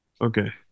Okay